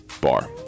Bar